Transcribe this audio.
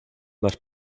más